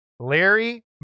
Larry